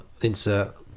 insert